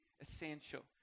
essential